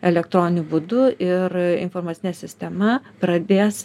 elektroniniu būdu ir informacinė sistema pradės